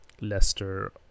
Leicester